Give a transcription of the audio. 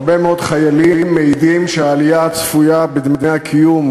הרבה מאוד חיילים מעידים שהעלייה הצפויה בדמי הקיום,